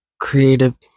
creative